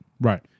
Right